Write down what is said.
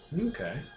Okay